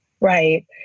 Right